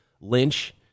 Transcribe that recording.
Lynch